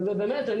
ובאמת,